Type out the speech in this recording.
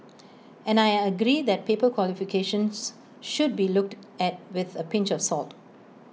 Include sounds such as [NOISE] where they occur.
[NOISE] and I agree that paper qualifications should be looked at with A pinch of salt